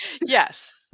yes